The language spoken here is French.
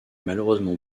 malheureusement